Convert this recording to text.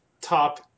Top